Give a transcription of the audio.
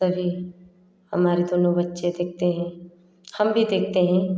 सभी हमारे दोनों बच्चे देखते हैं हम भी देखते हैं